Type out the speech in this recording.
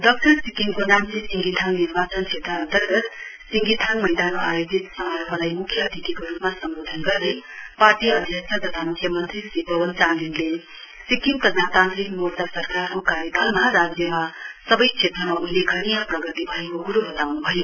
दक्षिण सिक्किमको नाम्ची सिङ्गीथाङ निर्वाचन क्षेत्र अन्तर्गत सिङ्गीथाङ मैदानमा आयोजित समारोहलाई मुख्य अतिथिको रूपमा सम्बोधन गर्दै पार्टी अध्यक्ष तथा मुख्यमन्त्री श्री पवन चमलिङले सिक्किम प्रजातान्त्रिक मोर्चा सरकारको कार्यकालमा राज्यमा सबै क्षेत्रमा उल्लेखनीय प्रगति भएको कुरो बताउन् भयो